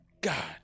God